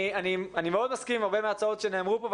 אני מסכים מאוד עם רבות מן ההצעות שנאמרו פה.